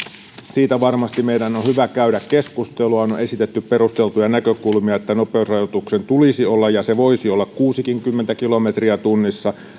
siitä meidän on varmasti hyvä käydä keskustelua on on esitetty perusteltuja näkökulmia että nopeusrajoituksen tulisi olla ja se voisi olla kuusikymmentäkin kilometriä tunnissa